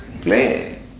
play